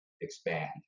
expand